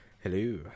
Hello